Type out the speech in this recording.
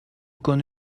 konu